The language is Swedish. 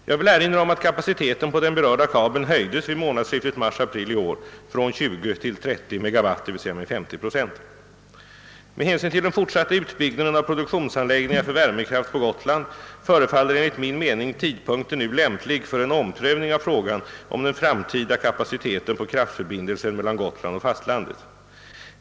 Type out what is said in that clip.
Jag vill erinra om att kapaciteten på den berörda kabeln höjdes vid månadsskiftet mars—april i år från 20 till 30 MW, d. v. s. med 50 procent. Med hänsyn till den fortsatta utbyggnaden av produktionsanläggningar för värmekraft på Gotland förefaller enligt min mening tidpunkten nu lämplig för en omprövning av frågan om den framtida kapaciteten på kraftförbindelsen mellan Gotland och fastlandet.